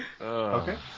Okay